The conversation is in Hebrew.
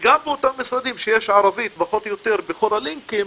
גם באותם משרדים שיש ערבית פחות או יותר בכל הלינקים,